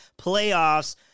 playoffs